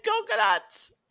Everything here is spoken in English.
coconuts